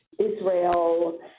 Israel